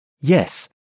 Yes